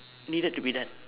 needed to be done